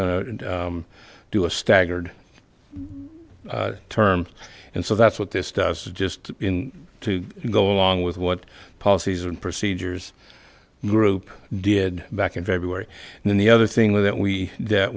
going to do a staggered term and so that's what this does just in to go along with what policies and procedures group did back in february and then the other thing that we that